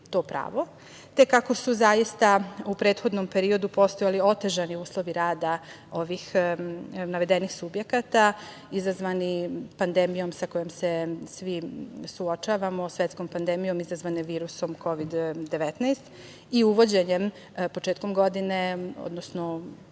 kako su zaista u prethodnom periodu postojali otežani uslovi rada ovih navedenih subjekata, izazvani pandemijom sa kojom se svi suočavamo, svetskom pandemijom izazvanom virusom Kovid-19 i uvođenjem početkom godine, odnosno